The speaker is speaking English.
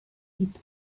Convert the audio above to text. with